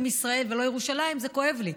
"ישראל" ולא "ירושלים" זה כואב לי,